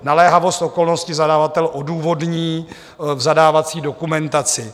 Naléhavost okolnosti zadavatel odůvodní v zadávací dokumentaci.